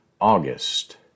August